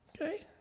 Okay